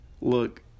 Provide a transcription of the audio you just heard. Look